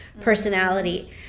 personality